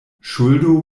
ŝuldo